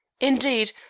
indeed,